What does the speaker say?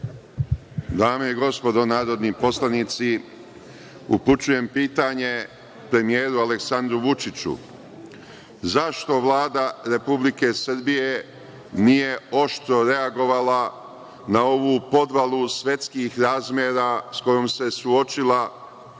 Dame i gospodo narodni poslanici, upućujem pitanje premijeru Aleksandru Vučiću – zašto Vlada Republike Srbije nije oštro reagovala na ovu podvalu svetskih razmera sa kojima se suočila, kada